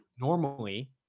Normally